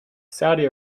saudi